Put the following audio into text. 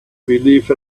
believe